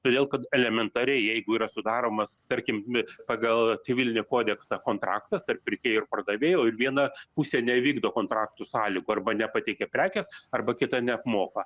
todėl kad elementariai jeigu yra sudaromas tarkim mi pagal civilinį kodeksą kontraktas tarp pirkėjo ir pardavėjo ir viena pusė nevykdo kontraktų sąlygų arba nepateikia prekės arba kita neapmoka